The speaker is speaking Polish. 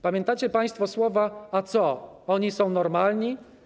Pamiętacie państwo słowa: a co, oni są normalni?